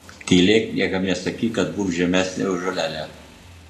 tylėk niekam nesakyk būk žemesnė už žolelę